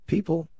People